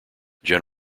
gen